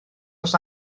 oes